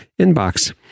inbox